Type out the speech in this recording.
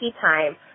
time